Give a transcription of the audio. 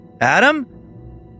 Adam